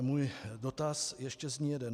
Můj dotaz ještě zní jeden.